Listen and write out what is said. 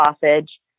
sausage